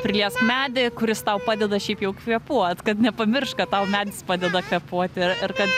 priliesk medį kuris tau padeda šiaip jau kvėpuot kad nepamiršk kad tau medis padeda kvėpuoti ir kad